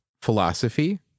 philosophy